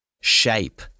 Shape